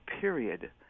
period